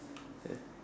ya